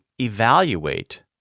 evaluate